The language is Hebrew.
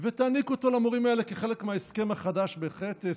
ותעניק אותו למורים האלה כחלק מההסכם החדש בהחלט,